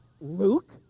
luke